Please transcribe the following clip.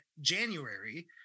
january